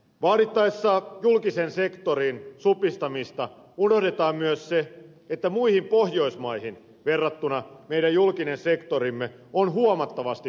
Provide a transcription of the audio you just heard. vaadittaessa julkisen sektorin supistamista unohdetaan myös se että muihin pohjoismaihin verrattuna meidän julkinen sektorimme on huomattavasti pienempi